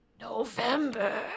November